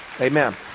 Amen